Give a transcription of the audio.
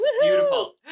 Beautiful